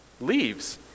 leaves